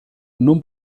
non